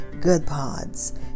GoodPods